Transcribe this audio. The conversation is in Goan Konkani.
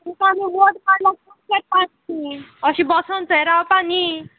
तुका न्हू वोट मारपाक तुयें अशें बसोन थंय रावपा न्ही